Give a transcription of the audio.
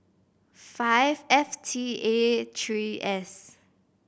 five F T A three S